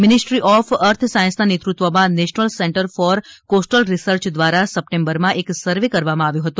ministry of earth સાયન્સના નેતૃત્વમાં national centre for coastal research દ્વારા સપ્ટેમ્બરમાં એક સર્વે કરવામાં આવ્યો હતો